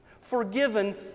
Forgiven